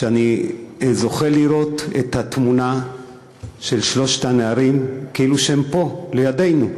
שאני זוכה לראות את התמונה של שלושת הנערים כאילו שהם פה לידנו,